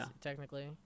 technically